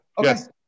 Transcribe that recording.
Yes